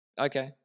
okay